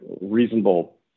reasonable